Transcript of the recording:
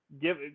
give